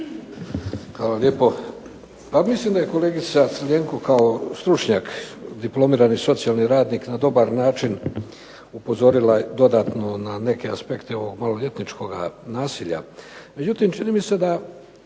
Hvala lijepo. Pa mislim da je kolegica Crljenko kao stručnjak, diplomirani socijalni radnik na dobar način upozorila dodatno na neke aspekte ovog maloljetničkoga nasilja. Međutim, čini mi se da